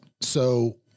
So-